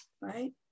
right